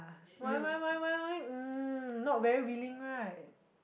why why why why why um not very willing right